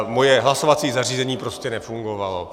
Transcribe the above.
Moje hlasovací zařízení prostě nefungovalo.